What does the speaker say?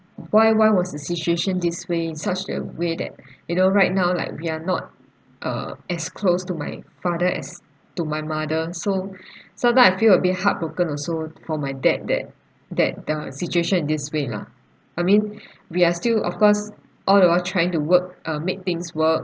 why why was the situation this way such the way that you know right now like we are not uh as close to my father as to my mother so sometime I feel a bit heartbroken also for my dad that that the situation in this way lah I mean we are still of course all the while trying to work uh make things work